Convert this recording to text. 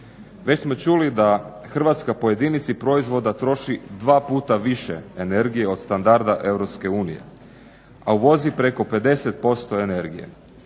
Već smo čuli da Hrvatska po jedinici proizvoda troši dva puta više energije od standarda EU, a uvozi preko 50% energije.